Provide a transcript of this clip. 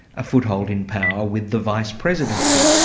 a foothold in power with the vice-presidency.